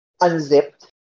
unzipped